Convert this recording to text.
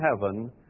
heaven